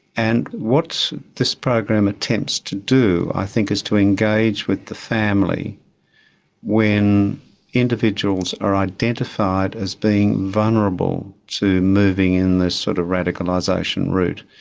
and what this program attempts to do i think is to engage with the family when individuals are identified as being vulnerable to moving in this sort of radicalisation route.